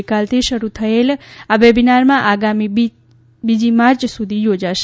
ગઈકાલથી શરૂ થયેલ આ વેબીનાર આગામી બીજી માર્ચ સુધી યોજાશે